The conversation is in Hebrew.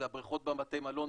זה הבריכות בבתי המלון.